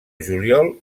juliol